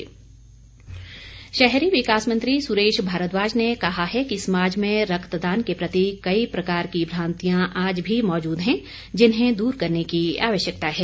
सुरेश भारद्वाज शहरी विकास मंत्री सुरेश भारद्वाज ने कहा है कि समाज में रक्तदान के प्रति कई प्रकार की भ्रांतियां आज भी मौजूद हैं जिन्हें दूर करने की आवश्यकता है